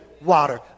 water